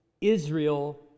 Israel